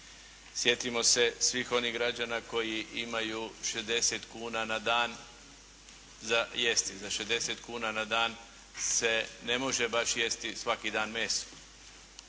sjetimo se svih onih građana koji imaju 60 kuna na dan za jesti, za 60 kuna na dan se ne može baš jesti svaki dan meso.